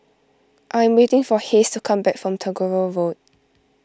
I am waiting for Hays to come back from Tagore Road